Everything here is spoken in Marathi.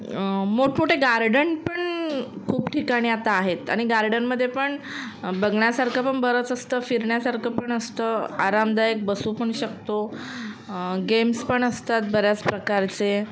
मोठमोठे गार्डन पण खूप ठिकाणी आता आहेत आणि गार्डनमधे पण बघण्यासारखं पण बरंच असतं फिरण्यासारखं पण असतं आरामदायक बसू पण शकतो गेम्स पण असतात बऱ्याच प्रकारचे